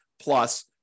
plus